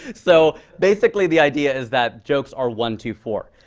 so basically, the idea is that jokes are one, two, four.